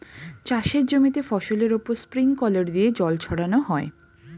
চাষের জমিতে ফসলের উপর স্প্রিংকলার দিয়ে জল ছড়ানো হয়